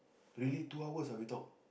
really two hours ah we talk